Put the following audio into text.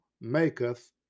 maketh